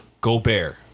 Gobert